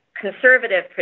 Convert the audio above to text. conservative